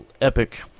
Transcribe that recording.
epic